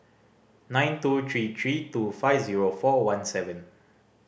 nine two three three two five zero four one seven